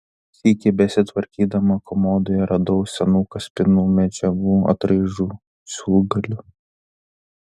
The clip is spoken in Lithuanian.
sykį besitvarkydama komodoje radau senų kaspinų medžiagų atraižų siūlgalių